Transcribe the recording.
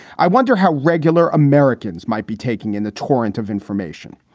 i wonder how regular americans might be taking in the torrent of information.